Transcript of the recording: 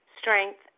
strength